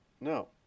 no